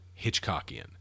hitchcockian